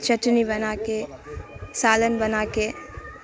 چٹنی بنا کے سالن بنا کے